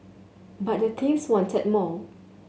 but the thieves wanted more